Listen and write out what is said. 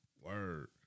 Word